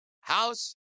house